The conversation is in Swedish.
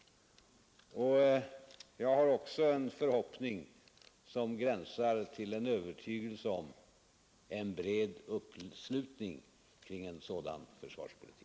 Jag har också en förhoppning — som gränsar till en övertygelse — om en bred uppslutning kring en sådan försvarspolitik.